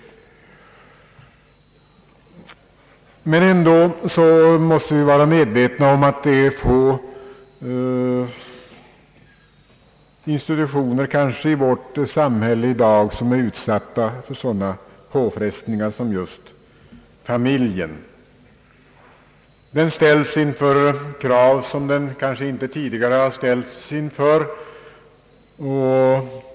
Men vi måste vara medvetna om att det är få institutioner i vårt samhälle i dag som är utsatta för sådana påfrestningar som just familjen. Den ställs inför krav som den kanske inte har ställts inför tidigare.